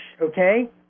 okay